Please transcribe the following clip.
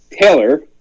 Taylor